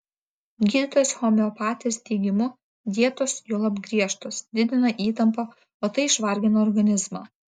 gydytojos homeopatės teigimu dietos juolab griežtos didina įtampą o tai išvargina organizmą